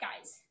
guys